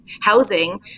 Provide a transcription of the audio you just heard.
housing